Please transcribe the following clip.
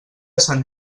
sant